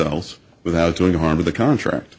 else without doing harm to the contract